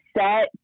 set